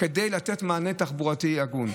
כדי לתת מענה תחבורתי הגון.